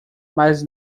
mas